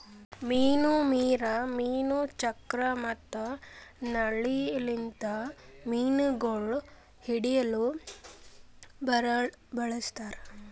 ಮೀನು ವೀರ್, ಮೀನು ಚಕ್ರ ಮತ್ತ ನಳ್ಳಿ ಲಿಂತ್ ಮೀನುಗೊಳ್ ಹಿಡಿಲುಕ್ ಬಳಸ್ತಾರ್